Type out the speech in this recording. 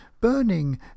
burning